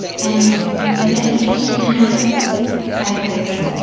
and medication has side-effects.